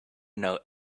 know